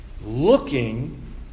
Looking